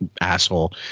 asshole